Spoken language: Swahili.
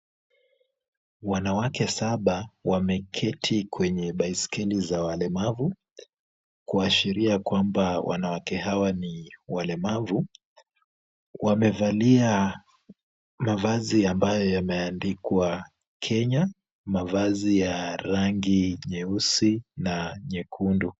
Wanawake saba wameketi kwenye baiskeli ya walemavu, kuashiria kwamba wanawake hawa ni walemavu. Wamevelia mavazi ambayo yameandikwa Kenya, mavazi ya rangi nyeusi na nyekundu.